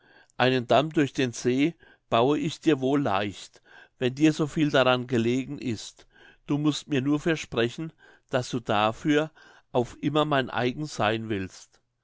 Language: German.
einen damm durch den see baue ich dir wohl leicht wenn dir so viel daran gelegen ist du mußt mir nur versprechen daß du dafür auf immer mein eigen seyn willst